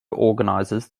organises